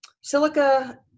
Silica